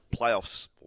playoffs